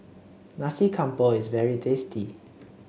Nasi Campur is very tasty